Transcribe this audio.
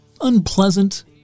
unpleasant